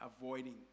avoiding